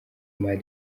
mali